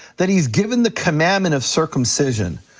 that he's given the commandment of circumcision.